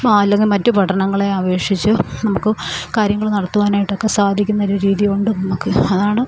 അല്ലെങ്കിൽ മറ്റു പട്ടണങ്ങളെ അപേക്ഷിച്ച് നമുക്ക് കാര്യങ്ങൾ നടത്തുവാനായിട്ടൊക്കെ സാധിക്കുന്ന ഒരു രീതിയുണ്ട് നമുക്ക് അതാണ്